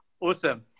Awesome